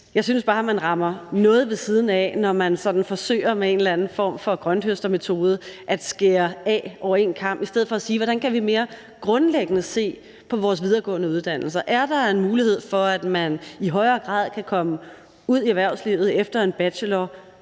jeg synes bare, at man rammer noget ved siden af, når man forsøger med en eller anden form for grønthøstermetode at skære af over en kam i stedet for at spørge: Hvordan kan vi mere grundlæggende se på vores videregående uddannelser? Er der en mulighed for, at man i højere grad kan komme ud i erhvervslivet efter en bachelor